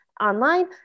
online